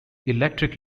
electric